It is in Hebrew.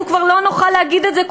אנחנו כבר לא נוכל להגיד את זה.